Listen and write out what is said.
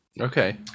Okay